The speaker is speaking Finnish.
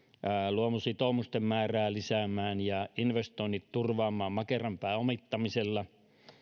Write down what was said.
luomusitoutumusten määrää lisäämään ja investoinnit turvaamaan makeran pääomittamisella